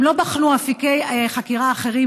הם לא בחנו אפיקי חקירה אחרים,